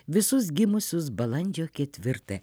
visus gimusius balandžio ketvirtąją